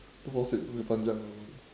two four six bukit panjang